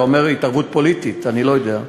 אתה אומר "התערבות פוליטית" אני לא יודע.